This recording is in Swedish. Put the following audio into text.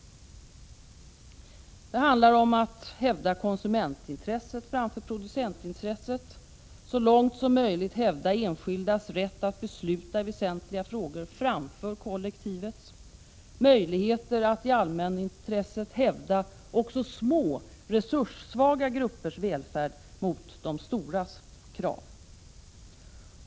Det handlar om att hävda konsumentintresset framför producentintresset, så långt som möjligt hävda enskildas rätt att besluta i väsentliga frågor framför kollektivets och om möjligheten att i allmänintresset hävda också små resurssvaga gruppers välfärd mot de storas krav.